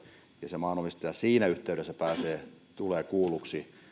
ja se maanomistaja siinä yhteydessä tulee kuulluksi